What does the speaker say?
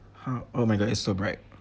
!huh! oh my god it's so bright